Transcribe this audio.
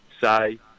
say